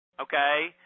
Okay